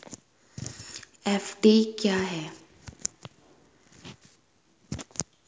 FD क्या है?